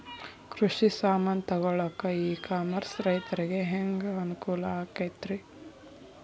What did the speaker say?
ಕೃಷಿ ಸಾಮಾನ್ ತಗೊಳಕ್ಕ ಇ ಕಾಮರ್ಸ್ ರೈತರಿಗೆ ಹ್ಯಾಂಗ್ ಅನುಕೂಲ ಆಕ್ಕೈತ್ರಿ?